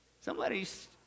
Somebody's